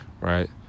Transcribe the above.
right